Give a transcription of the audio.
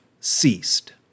ceased